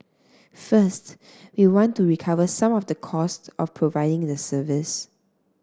first we want to recover some of the cost of providing the service